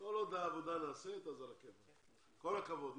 כל עוד העבודה נעשית אז על הכיפק, כל הכבוד.